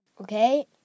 Okay